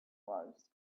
was